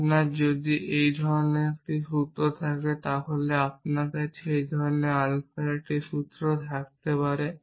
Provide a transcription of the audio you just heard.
আপনার যদি এই ধরণের একটি সূত্র থাকে তাহলে আপনার কাছে এই ধরণের আলফার একটি সূত্র থাকতে পারে